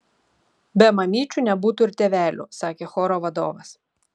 be mamyčių nebūtų ir tėvelių sakė choro vadovas